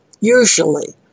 usually